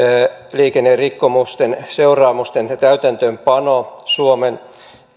liikennerikkomusten seuraamusten täytäntöönpano suomen